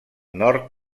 nord